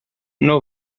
know